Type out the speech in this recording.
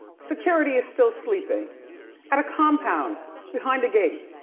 security is still sleeping at a compound behind the gate.